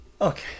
Okay